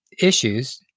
issues